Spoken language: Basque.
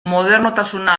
modernotasuna